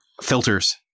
Filters